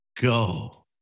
go